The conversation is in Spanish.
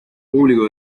público